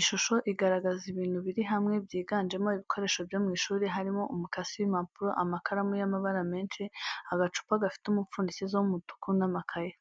Ishusho igaragaza ibintu biri hamwe byiganjemo ibikoresho byo mu ishuri, harimo umukasi w'impapuro, amakaramu y'amabara menshi, agacupa gafite umupfundikizo w'umutuku n'amakayi.